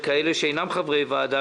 וכאלה שאינם חברי ועדה,